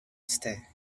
ste